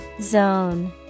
Zone